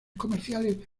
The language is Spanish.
comerciales